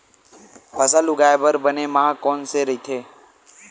फसल उगाये बर बने माह कोन से राइथे?